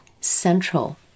central